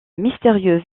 mystérieux